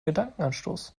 gedankenanstoß